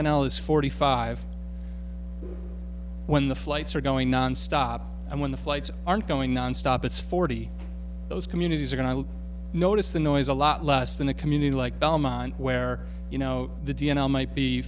d l is forty five when the flights are going nonstop and when the flights aren't going nonstop it's forty those communities are going to notice the noise a lot less than a community like belmont where you know the d l might be